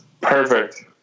perfect